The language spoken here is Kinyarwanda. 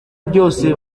byose